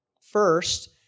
First